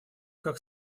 как